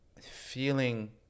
feeling